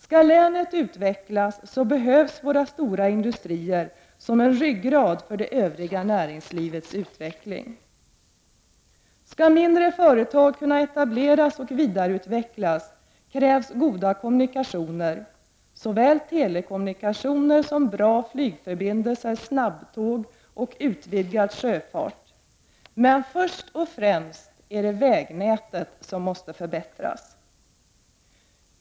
Skall länet utvecklas, behövs våra stora industrier som en ryggrad för det övriga näringslivets utveckling. Skall mindre företag kunna etableras och vidareutvecklas krävs goda kommunikationer, såväl telekommunikationer som bra flygförbindelser, snabbtåg och utvidgad sjöfart. Men först och främst måste vägnätet förbättras.